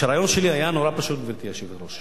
הרעיון שלי היה נורא פשוט, גברתי היושבת-ראש.